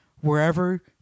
Wherever